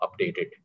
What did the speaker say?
updated